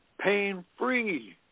pain-free